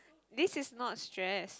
this is not stress